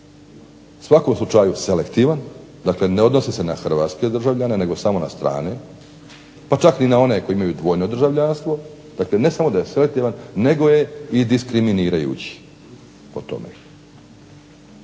svakom slučaju selektivan, dakle ne odnosi se na hrvatske državljane nego samo na strane pa čak i na one koji imaju dvojno državljanstvo, dakle ne samo da je selektivan nego je i diskriminirajući o tome.